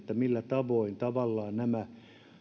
millä tavoin nämä